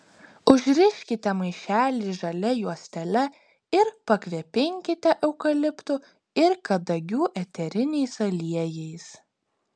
užriškite maišelį žalia juostele ir pakvepinkite eukaliptų ir kadagių eteriniais aliejais